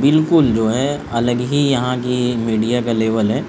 بالکل جو ہے الگ ہی یہاں کی میڈیا کا لیول ہے